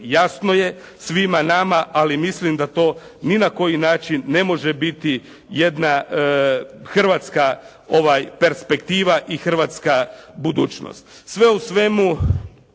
jasno je svima nama ali mislim da to ni na koji način ne može biti jedna hrvatska perspektiva i hrvatska budućnost. Sve u svemu,